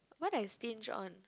what I stinge on